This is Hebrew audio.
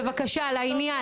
בבקשה לעניין.